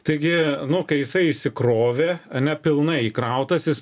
taigi nu kai jisai įsikrovė ane pilnai įkrautas jis